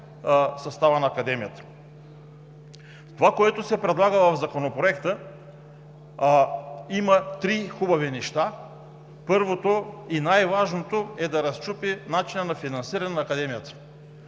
това, което се предлага в Законопроекта, има три хубави неща. Първото и най-важното е да разчупи начина на финансиране на Академията.